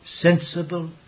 sensible